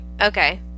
Okay